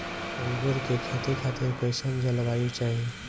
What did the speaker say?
अंगूर के खेती खातिर कइसन जलवायु चाही?